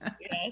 Yes